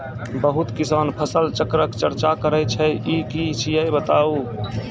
बहुत किसान फसल चक्रक चर्चा करै छै ई की छियै बताऊ?